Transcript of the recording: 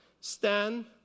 stand